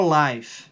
life